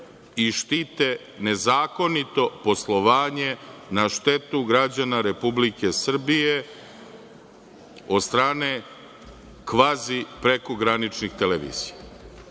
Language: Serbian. i štite nezakonito poslovanje na štetu građana Republike Srbije od strane kvazi prekograničnih televizija. Da